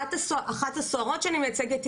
אחת הסוהרות שאני מייצגת,